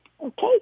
Okay